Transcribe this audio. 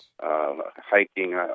hiking